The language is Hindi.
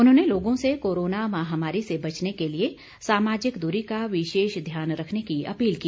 उन्होंने लोगों से कोरोना महामारी से बचने के लिए सामाजिक दूरी का विशेष ध्यान रखने की अपील की